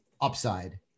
upside